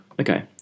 okay